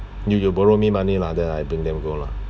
you you borrow me money lah then I bring them go lah